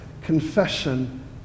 confession